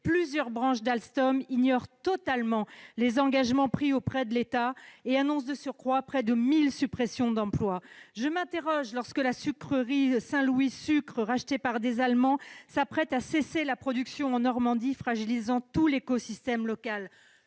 plusieurs branches d'Alstom, ignore totalement les engagements pris auprès de l'État et annonce de surcroît près de 1 000 suppressions d'emploi ? Je m'interroge lorsque la sucrerie Saint-Louis Sucre, rachetée par des Allemands, s'apprête à cesser la production en Normandie, fragilisant tout l'écosystème local.